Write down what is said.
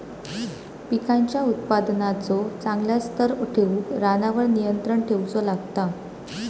पिकांच्या उत्पादनाचो चांगल्या स्तर ठेऊक रानावर नियंत्रण ठेऊचा लागता